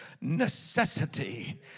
necessity